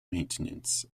maintenance